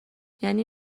یعنی